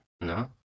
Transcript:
No